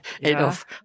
enough